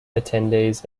attendees